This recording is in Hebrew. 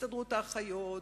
הסתדרות האחיות,